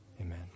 Amen